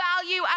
value